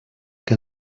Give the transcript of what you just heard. que